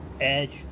Edge